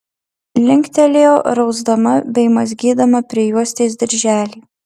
linktelėjo rausdama bei mazgydama prijuostės dirželį